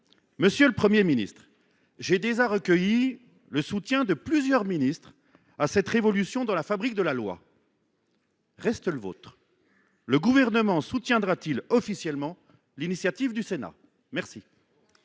Monsieur le Premier ministre, j’ai déjà recueilli le soutien de plusieurs ministres à cette révolution dans la fabrique de la loi. Reste le vôtre : le Gouvernement soutiendra t il officiellement l’initiative du Sénat ? La